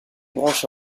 branches